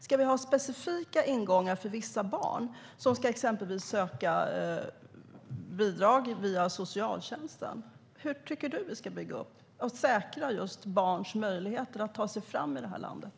Ska vi ha specifika ingångar för vissa barn, som exempelvis ska söka bidrag via socialtjänsten? Hur tycker du att vi ska bygga upp och säkra barns möjligheter att ta sig fram i det här landet?